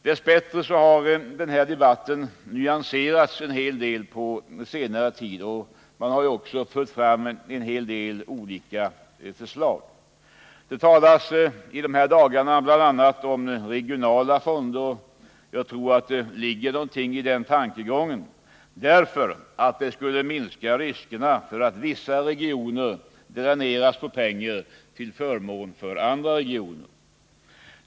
Dess bättre har denna debatt nyanserats en hel del på senare tid, och olika alternativ har framförts. Det talas i dessa dagar bl.a. om regionala fonder. Jag tror att det ligger en del i den tankegången, därför att det skulle minska riskerna för att vissa regioner dräneras på pengar till förmån för andra regioner.